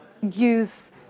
use